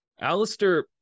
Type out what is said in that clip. Alistair